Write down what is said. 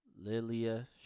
Lilia